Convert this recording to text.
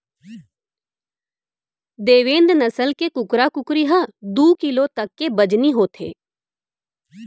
देवेन्द नसल के कुकरा कुकरी ह दू किलो तक के बजनी होथे